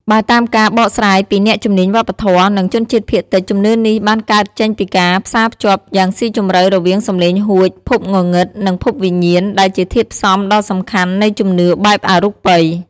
បើតាមការបកស្រាយពីអ្នកជំនាញវប្បធម៌ និងជនជាតិភាគតិច ជំនឿនេះបានកើតចេញពីការផ្សារភ្ជាប់យ៉ាងស៊ីជម្រៅរវាងសំឡេងហួច ភពងងឹត និងពិភពវិញ្ញាណ ដែលជាធាតុផ្សំដ៏សំខាន់នៃជំនឿបែបអរូបី។